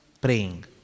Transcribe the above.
praying